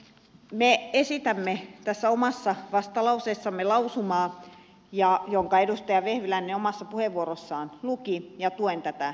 me esitämme tässä omassa vastalauseessamme lausumaa jonka edustaja vehviläinen omassa puheenvuorossaan luki ja tuen tätä lausumaehdotusta